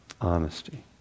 honesty